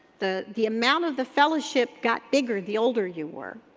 the the amount of the fellowship got bigger the older you were.